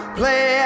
play